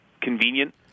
convenient